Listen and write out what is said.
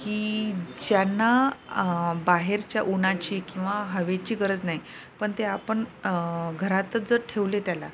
की ज्यांना बाहेरच्या उन्हाची किंवा हवेची गरज नाही पण ते आपण घरातच जर ठेवले त्याला